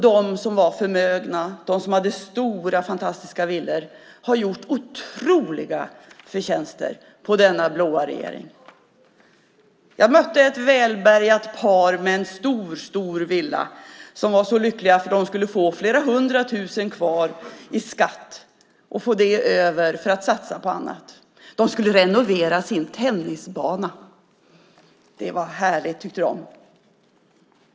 De som är förmögna, de som har stora fantastiska villor, har gjort otroliga förtjänster på denna blå regering. Jag mötte ett välbärgat par med en stor villa. De var så lyckliga, för de skulle få flera hundra tusen över i skatt. Det skulle de få över till att satsa på annat. De skulle renovera sin tennisbana. Det var härligt, tyckte de.